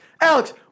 Alex